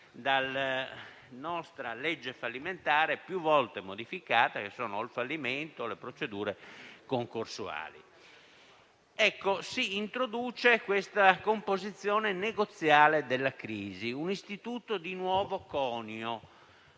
dalla nostra legge fallimentare, più volte modificata, che sono o il fallimento o le procedure concorsuali. Si introduce la composizione negoziale della crisi, un istituto di nuovo conio,